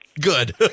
Good